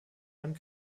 einem